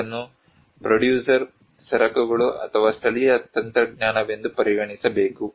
ಇದನ್ನು ಪ್ರೋಡ್ಯೂಸರ್ ಸರಕುಗಳು ಅಥವಾ ಸ್ಥಳೀಯ ತಂತ್ರಜ್ಞಾನವೆಂದು ಪರಿಗಣಿಸಬೇಕು